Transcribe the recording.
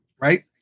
Right